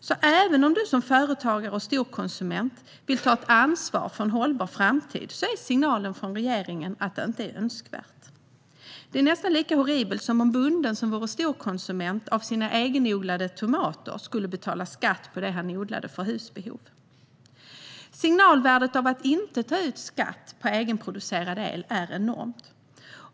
För den företagare och storkonsument som vill ta ansvar för en hållbar framtid är signalen från regeringen att detta inte är önskvärt. Det är nästan lika horribelt som om en bonde som är storkonsument av sina egenodlade tomater skulle betala skatt på det som han odlar för husbehov. Signalvärdet av att inte ta ut skatt på egenproducerad el är enormt.